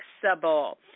flexible